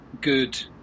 good